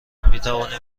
میتوانیم